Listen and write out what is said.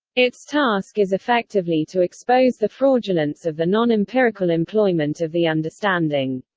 its task is effectively to expose the fraudulence of the non-empirical employment of the understanding.